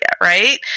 right